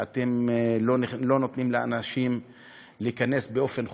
ואתם לא נותנים לאנשים להיכנס באופן חופשי,